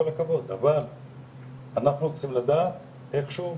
הכבוד אבל אנחנו צריכים לדעת איכשהו